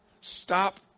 Stop